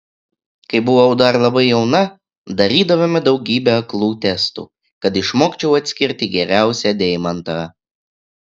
kai buvau dar labai jauna darydavome daugybę aklų testų kad išmokčiau atskirti geriausią deimantą